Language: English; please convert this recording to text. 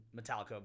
Metallica